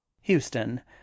houston